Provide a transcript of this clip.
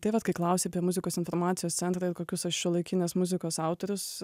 tai vat kai klausei apie muzikos informacijos centrą ir kokius šiuolaikinės muzikos autorius